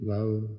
Love